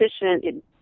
efficient